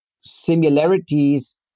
similarities